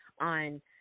on